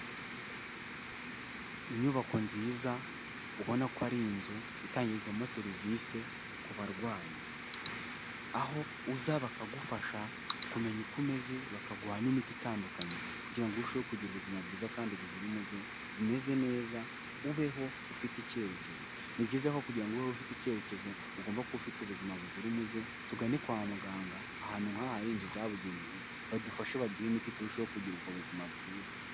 Inyubako nziza, ubona ko ari inzu itangirwamo serivisi ku barwayi, aho uza bakagufasha kumenya uko umeze bakaguha n'imiti itandukanye kugira ngo urusheho kugira ubuzima bwiza kandi buzira umuze, bumeze neza ubeho ufite icyerekezo. Ni byiza ko kugira ngo ube ufite icyerekezo ugomba kuba ufite ubuzima buzira umuze, tugane kwa muganga ahantu nk'aha hari inzu zabugenewe, badufashe baduhe imiti turusheho kugira ubwo buzima bwiza.